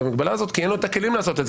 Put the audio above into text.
במגבלה הזאת כי אין לו את הכלים לעשות את זה.